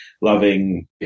loving